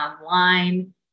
online